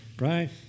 Right